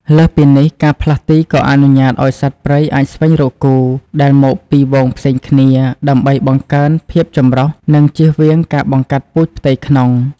លើសពីនេះ ការផ្លាស់ទីក៏អនុញ្ញាតឱ្យសត្វព្រៃអាចស្វែងរកគូ ដែលមកពីហ្វូងផ្សេងគ្នា ដើម្បីបង្កើនភាពចម្រុះ និងជៀសវាងការបង្កាត់ពូជផ្ទៃក្នុង។